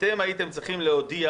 הייתם צריכים להודיע